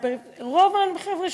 רוב החבר'ה,